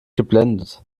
geblendet